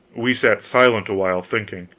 we sat silent awhile, thinking.